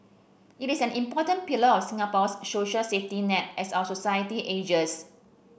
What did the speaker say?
it is an important pillar of Singapore's social safety net as our society ages